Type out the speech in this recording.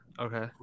Okay